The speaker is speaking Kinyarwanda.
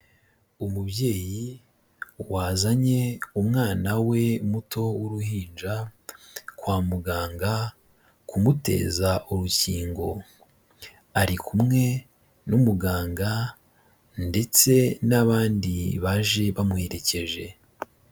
Umubyeyi wazanye umwana we muto w'uruhinja kwa muganga kumuteza urukingo, ari kumwe n'umuganga ndetse n'abandi baje bamuherekeje.